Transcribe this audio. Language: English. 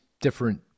different